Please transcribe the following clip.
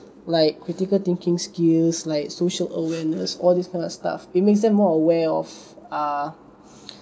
like critical thinking skills like social awareness all this kind of stuff it makes them more aware of uh